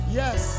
yes